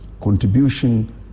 contribution